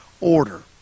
order